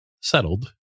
settled